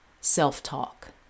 Self-talk